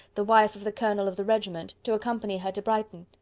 the wife of the colonel of the regiment, to accompany her to brighton.